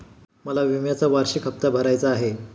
मला विम्याचा वार्षिक हप्ता भरायचा आहे